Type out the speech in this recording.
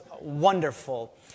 wonderful